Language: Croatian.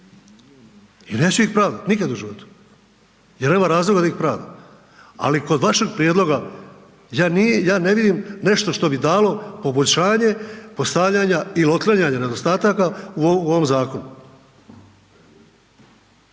i neću ih pravdat nikad u životu jer nema razloga da ih pravdam, ali kod vašega prijedloga ja ne vidim nešto što bi dalo poboljšanje postavljanja ili otklanjanja nedostataka u ovom zakonu